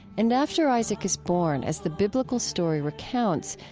and after isaac is born, as the biblical story recounts,